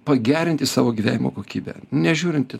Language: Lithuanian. pagerinti savo gyvenimo kokybę nežiūrint į